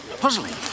Puzzling